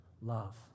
love